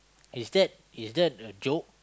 is that is that a joke